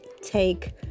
take